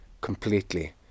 completely